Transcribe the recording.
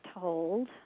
told